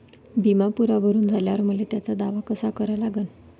बिमा पुरा भरून झाल्यावर मले त्याचा दावा कसा करा लागन?